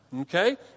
Okay